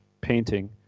painting